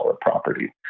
property